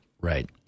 Right